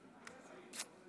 גם אני